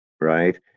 right